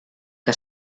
que